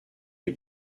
est